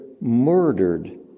murdered